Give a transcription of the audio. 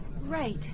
Right